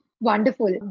wonderful